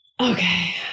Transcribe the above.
okay